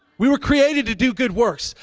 we were created to do good works.